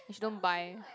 which don't buy